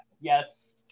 Yes